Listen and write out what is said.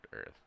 Earth